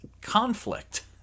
conflict